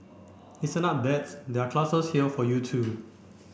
listen up dads there are classes here for you too